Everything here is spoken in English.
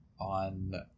on